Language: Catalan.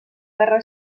guerra